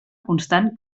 constant